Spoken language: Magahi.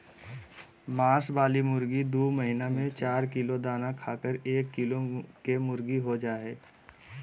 मांस वाली मुर्गी दू महीना में चार किलो दाना खाकर एक किलो केमुर्गीहो जा हइ